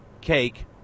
cake